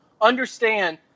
understand